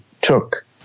took